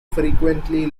frequently